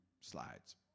slides